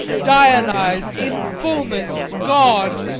dionyse, in fulness god,